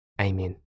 Amen